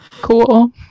cool